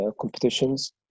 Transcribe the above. competitions